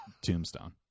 tombstone